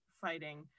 fighting